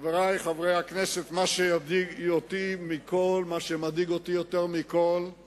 חברי חברי הכנסת, מה שמדאיג אותי יותר מכול הוא